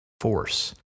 force